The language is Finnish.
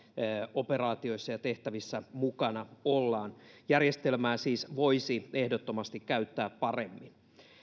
operaatioissa ja tehtävissä mukana ollaan järjestelmää siis voisi ehdottomasti käyttää paremmin